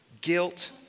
guilt